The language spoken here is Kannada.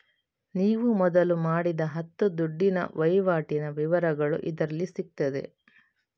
ನೀವು ಮೊದಲು ಮಾಡಿದ ಹತ್ತು ದುಡ್ಡಿನ ವೈವಾಟಿನ ವಿವರಗಳು ಇದರಲ್ಲಿ ಸಿಗ್ತದೆ